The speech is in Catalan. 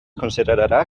considerarà